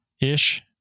ish